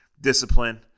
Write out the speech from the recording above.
discipline